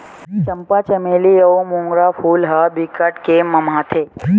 चंपा, चमेली अउ मोंगरा फूल ह बिकट के ममहाथे